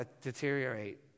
deteriorate